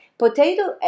potato